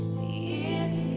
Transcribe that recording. the